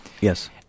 Yes